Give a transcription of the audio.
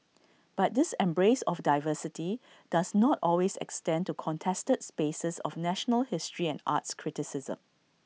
but this embrace of diversity does not always extend to contested spaces of national history and arts criticism